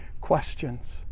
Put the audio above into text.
questions